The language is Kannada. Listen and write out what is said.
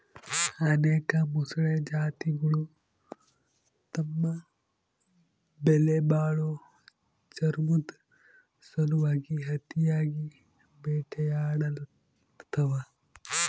ಅನೇಕ ಮೊಸಳೆ ಜಾತಿಗುಳು ತಮ್ಮ ಬೆಲೆಬಾಳೋ ಚರ್ಮುದ್ ಸಲುವಾಗಿ ಅತಿಯಾಗಿ ಬೇಟೆಯಾಡಲ್ಪಡ್ತವ